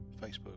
facebook